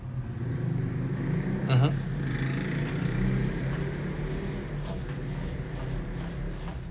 (uh huh)